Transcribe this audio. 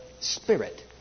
Spirit